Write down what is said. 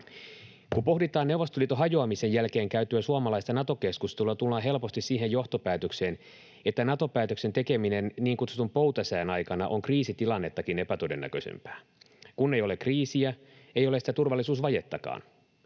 Kun pohditaan Neuvostoliiton hajoamisen jälkeen käytyä suomalaista Nato-keskustelua, tullaan helposti siihen johtopäätökseen, että Nato-päätöksen tekeminen niin kutsutun poutasään aikana on kriisitilannettakin epätodennäköisempää. Kun ei ole kriisiä, ei ole turvallisuusvajettakaan.